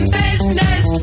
business